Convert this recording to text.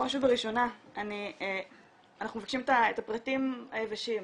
בראש ובראשונה אנחנו מבקשים את הפרטים היבשים,